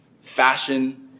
fashion